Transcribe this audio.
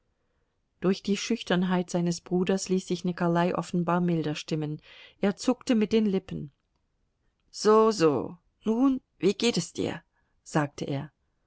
durch die schüchternheit seines bruders ließ sich nikolai offenbar milder stimmen er zuckte mit den lippen soso nun wie geht es dir sagte er